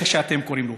כמו שאתם קוראים לו,